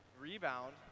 rebound